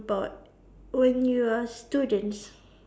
about when you are a students